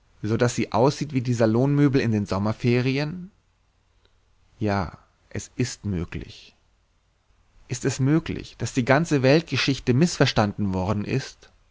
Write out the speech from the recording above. so daß sie aussieht wie die salonmöbel in den sommerferien ja es ist möglich ist es möglich daß die ganze weltgeschichte mißverstanden worden ist